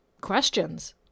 questions